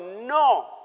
no